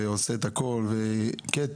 שעושה את הכול וקטי,